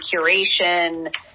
curation